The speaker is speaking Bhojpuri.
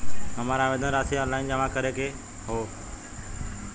हमार आवेदन राशि ऑनलाइन जमा करे के हौ?